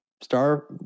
Star